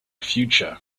future